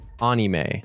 anime